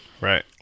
Right